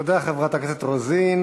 תודה, חברת הכנסת רוזין.